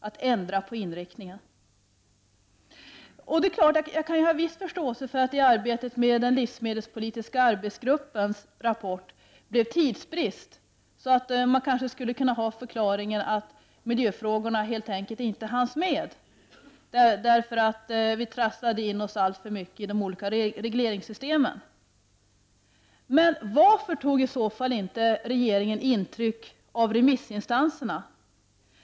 Jag kan ha viss förståelse för att det blev tidsbrist i arbetet med den livsmedelspolitiska arbetsgruppens rapport. Man skulle ju alltså kunna säga att miljöfrågorna inte hanns med, därför att vi trasslade in oss alltför mycket i de olika regleringssystemen. Men varför tog i så fall regeringen inte intryck av remissinstanserna?